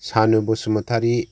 Sanu Basumatary